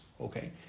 Okay